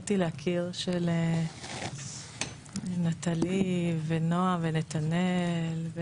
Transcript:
שזכיתי להכיר, של נטלי, נועם ונתנאל.